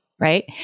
Right